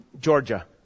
Georgia